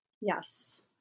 Yes